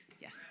yes